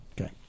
Okay